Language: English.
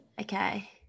okay